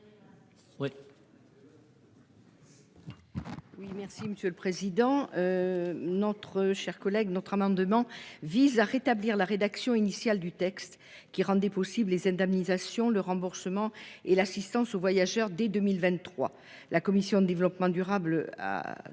Oui, merci Monsieur le Président. Notre chère collègue notre amendement vise à rétablir la rédaction initiale du texte qui rendait possible les indemnisations le remboursement et l'assistance aux voyageurs dès 2023 la commission de développement durable a repoussé